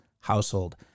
household